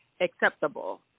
acceptable